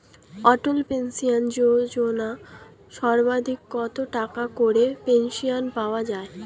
অটল pension যোজনা সর্বাধিক কত টাকা করে পেনশন পাওয়া যায়?